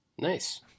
Nice